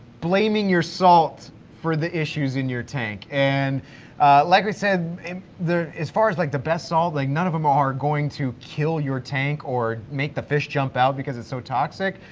blaming your salt for the issues in your tank and like we said as far as like the best salt, like none of them are going to kill your tank or make the fish jump out because it's so toxic,